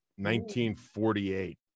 1948